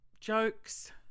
jokes